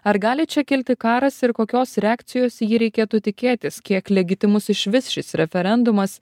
ar gali čia kilti karas ir kokios reakcijos į jį reikėtų tikėtis kiek legitimus išvis šis referendumas